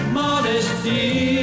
modesty